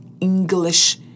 English